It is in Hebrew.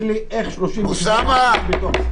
לי איך 30 ישובים נכנסים לתוך הרשימה.